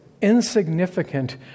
insignificant